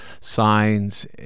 signs